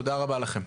תודה רבה לכם.